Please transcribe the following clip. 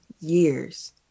years